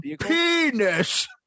penis